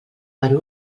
per